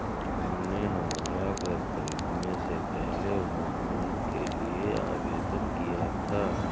हमने हमारा घर खरीदने से पहले होम लोन के लिए आवेदन किया था